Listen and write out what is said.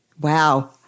Wow